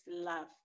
love